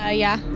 ah yeah.